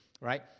right